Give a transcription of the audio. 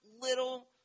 little